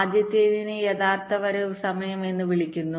ആദ്യത്തേതിനെ യഥാർത്ഥ വരവ് സമയം എന്ന് വിളിക്കുന്നു